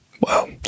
Wow